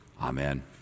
Amen